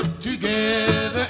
together